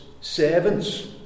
servants